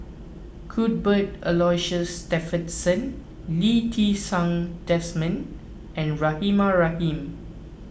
Cuthbert Aloysius Shepherdson Lee Ti Seng Desmond and Rahimah Rahim